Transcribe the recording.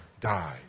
die